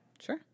Sure